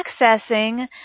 accessing